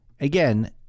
Again